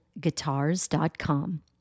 guitars.com